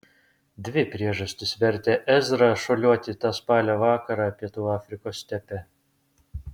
dvi priežastys vertė ezrą šuoliuoti tą spalio vakarą pietų afrikos stepe